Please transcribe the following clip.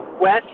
west